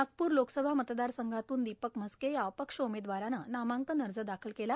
नागपूर लोकसभा मतदारसंघातून दीपक मस्के या अपक्ष उमेदवाराने नामांकन अर्ज दाखल केला